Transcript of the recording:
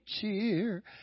cheer